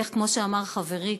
כמו שאמר חברי